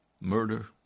murder